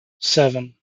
seven